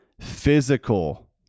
physical